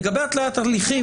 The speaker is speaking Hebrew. לגבי התליית הליכים,